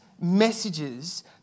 messages